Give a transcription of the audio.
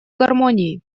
гармонии